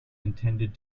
intended